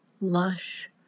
lush